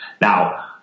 Now